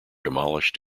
demolished